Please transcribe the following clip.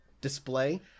display